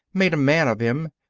made a man of him,